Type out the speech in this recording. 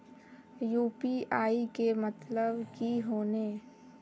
UPI के मतलब की होने?